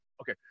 Okay